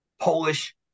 Polish